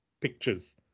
pictures